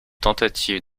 tentatives